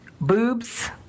boobs